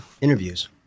interviews